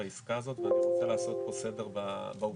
העסקה הזאת ואני רוצה לעשות פה סדר בעובדות.